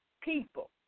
people